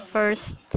First